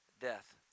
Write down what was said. death